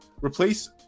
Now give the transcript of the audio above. replace